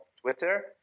Twitter